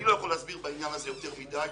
אני לא יכול להסביר בעניין הזה יותר מדי.